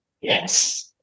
Yes